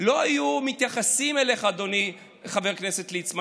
לא היו מתייחסים אליך, אדוני חבר הכנסת ליצמן.